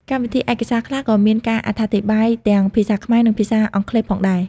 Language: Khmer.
កម្មវិធីឯកសារខ្លះក៏មានការអត្ថាធិប្បាយទាំងភាសាខ្មែរនិងភាសាអង់គ្លេសផងដែរ។